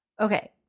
Okay